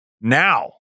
Now